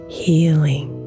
healing